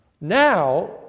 Now